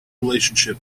relationship